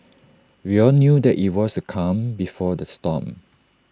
we all knew that IT was the calm before the storm